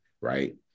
right